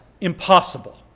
impossible